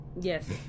yes